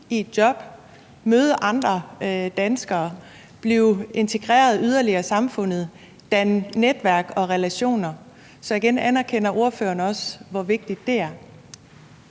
i et job, møde andre danskere, blive integreret yderligere i samfundet og danne netværk og relationer. Så igen vil jeg spørge: Anerkender ordføreren også, at det er